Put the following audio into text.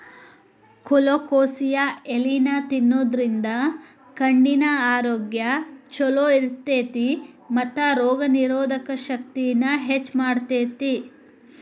colocasia ಎಲಿನಾ ತಿನ್ನೋದ್ರಿಂದ ಕಣ್ಣಿನ ಆರೋಗ್ಯ್ ಚೊಲೋ ಇರ್ತೇತಿ ಮತ್ತ ರೋಗನಿರೋಧಕ ಶಕ್ತಿನ ಹೆಚ್ಚ್ ಮಾಡ್ತೆತಿ